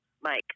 Mike